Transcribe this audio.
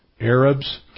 Arabs